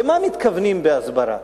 למה מתכוונים בהסברה,